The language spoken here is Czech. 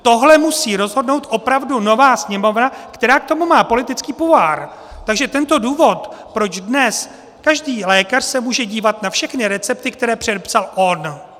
Tohle musí rozhodnout opravdu nová Sněmovna, která k tomu má politický pouvoir, takže tento důvod, proč dnes každý lékař se může dívat na všechny recepty, které předepsal on.